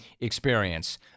experience